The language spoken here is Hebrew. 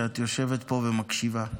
שאת יושבת פה ומקשיבה.